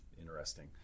Interesting